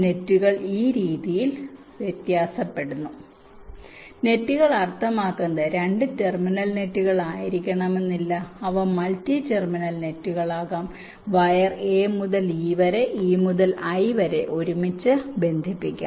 നെറ്റുകൾ ഈ രീതിയിൽ വ്യക്തമാക്കിയിരിക്കുന്നു നെറ്റുകൾ അർത്ഥമാക്കുന്നത് 2 ടെർമിനൽ നെറ്റുകൾ ആയിരിക്കണമെന്നില്ല അവ മൾട്ടി ടെർമിനൽ നെറ്റുകൾ ആകാം വയർ a മുതൽ e വരെ e മുതൽ i വരെ ഒന്നിച്ച് ബന്ധിപ്പിക്കണം